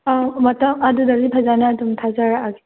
ꯑꯧ ꯃꯊꯪ ꯑꯗꯨꯗꯗꯤ ꯐꯖꯅ ꯑꯗꯨꯝ ꯊꯥꯖꯔꯛꯂꯒꯦ